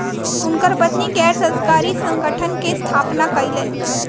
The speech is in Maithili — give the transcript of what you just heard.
हुनकर पत्नी गैर सरकारी संगठनक स्थापना कयलैन